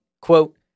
quote